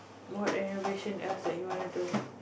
what innovation else that you wanna do